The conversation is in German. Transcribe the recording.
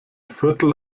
viertel